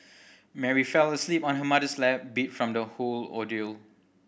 Mary fell asleep on her mother's lap beat from the whole ordeal